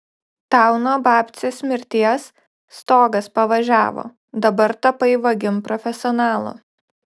tau nuo babcės mirties stogas pavažiavo dabar tapai vagim profesionalu